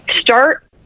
start